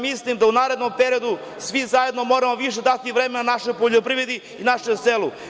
Mislim da u narednom periodu svi zajedno moramo više dati vremena našoj poljoprivredi i našem selu.